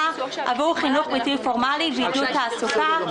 ועבור חינוך בלתי פורמלי ועידוד תעסוקה,